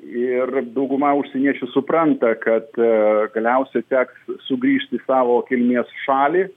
ir dauguma užsieniečių supranta kad galiausiai teks sugrįžti į savo kilmės šalį